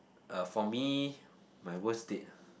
uh for me my worst date